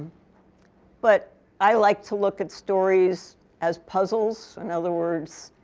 but i like to look at stories as puzzles. in other words,